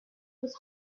was